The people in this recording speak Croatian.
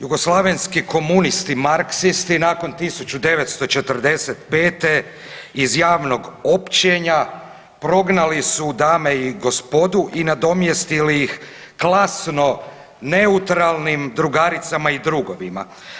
Jugoslavenski komunisti marksisti nakon 1945. iz javnog općenja prognali su dame i gospodu i nadomjestili ih klasno neutralnim drugaricama i drugovima.